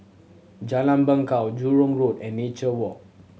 Jalan Bangau Jurong Road and Nature Walk